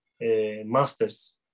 masters